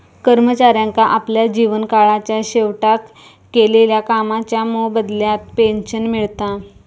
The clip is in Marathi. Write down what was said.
कर्मचाऱ्यांका आपल्या जीवन काळाच्या शेवटाक केलेल्या कामाच्या मोबदल्यात पेंशन मिळता